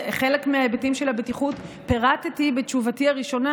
חלק מההיבטים של הבטיחות פירטתי בתשובתי הראשונה,